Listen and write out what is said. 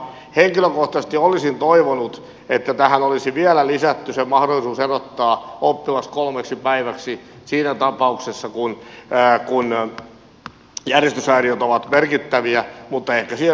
henkilökohtaisesti olisin toivonut että tähän olisi vielä lisätty se mahdollisuus erottaa oppilas kolmeksi päiväksi siinä tapauksessa kun järjestyshäiriöt ovat merkittäviä mutta ehkä siihen saadaan sitten myöhemmin palata